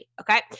Okay